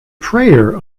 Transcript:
prayer